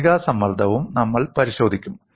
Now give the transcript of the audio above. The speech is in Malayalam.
കത്രിക സമ്മർദ്ദവും നമ്മൾ പരിശോധിക്കും